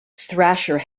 thrasher